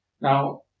Now